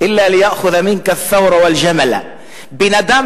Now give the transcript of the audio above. אִלַּא לִיַאְחֻ'דַ' מִנְכַּ אלְתַ'וֻרַ וַאלְגַ'מַלַ בן אדם